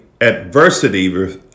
adversity